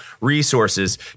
resources